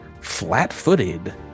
flat-footed